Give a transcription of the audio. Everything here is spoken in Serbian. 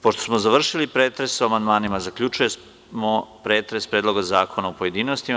Pošto smo završili pretres o amandmanima, zaključujem pretres Predloga zakona u pojedinostima.